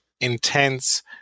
intense